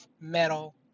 metal